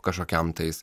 kažkokiam tais